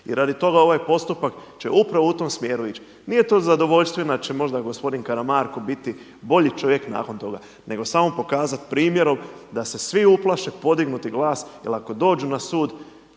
I radi toga ovaj postupak će upravo u tom smjeru ići, nije to zadovoljština da će možda gospodin Karamarko biti bolji čovjek nakon toga nego samo pokazati primjerom da se svi uplaše podignuti glas jer ako dođu na sud